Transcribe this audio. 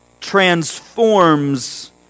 transforms